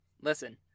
Listen